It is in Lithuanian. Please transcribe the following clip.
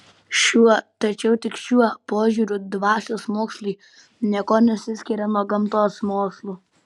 šiuo tačiau tik šiuo požiūriu dvasios mokslai niekuo nesiskiria nuo gamtos mokslų